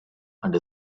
and